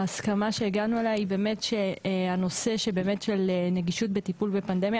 ההסכמה אליה הגענו היא שהנושא של נגישות בטיפול בפנדמיה,